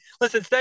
listen